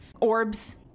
orbs